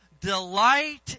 delight